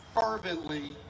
fervently